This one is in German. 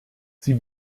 sie